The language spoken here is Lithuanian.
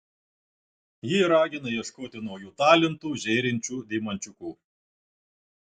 ji ragina ieškoti naujų talentų žėrinčių deimančiukų